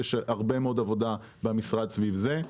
יש הרבה מאוד עבודה במשרד סביב זה.